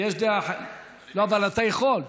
אבל אתה יכול.